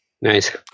nice